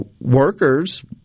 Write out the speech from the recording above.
workers